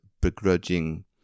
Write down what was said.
begrudging